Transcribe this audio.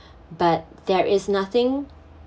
but there is nothing